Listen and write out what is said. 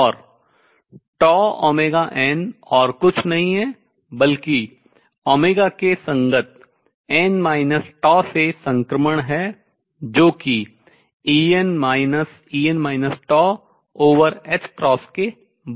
और τωn और कुछ नहीं है बल्कि ω के संगत n τ से संक्रमण है जो कि En En τ ℏ के बराबर है